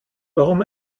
warum